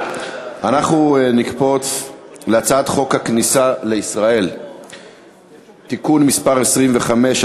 אנחנו נקפוץ להצעת חוק הכניסה לישראל (תיקון מס' 25),